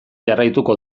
jarraituko